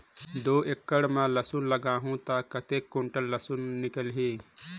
दो एकड़ मां लसुन लगाहूं ता कतेक कुंटल लसुन निकल ही?